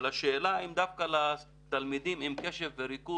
אבל השאלה אם דווקא לתלמידים עם בעיית קשב וריכוז,